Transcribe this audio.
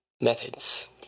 methods